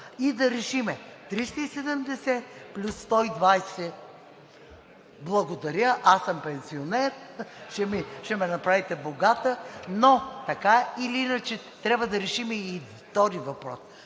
и да решим – 370 плюс 120. Благодаря, аз съм пенсионер, ще ме направите богата, но така или иначе трябва да решим и втория въпрос.